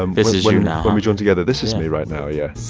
um this is you now. when we join together. this is me right now, yeah